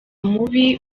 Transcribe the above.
mubi